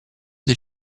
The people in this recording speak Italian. del